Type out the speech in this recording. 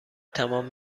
تمام